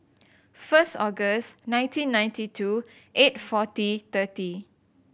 first August nineteen ninety two eight forty thirty